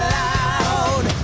loud